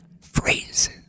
Phrases